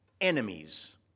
enemies